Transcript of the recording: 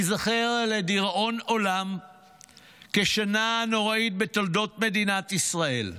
תיזכר לדיראון עולם כשנה הנוראית בתולדות מדינת ישראל.